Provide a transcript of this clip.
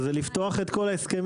וזה לפתוח את כל ההסכמים.